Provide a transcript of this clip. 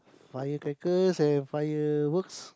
firecrackers and fireworks